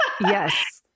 Yes